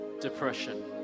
depression